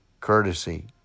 courtesy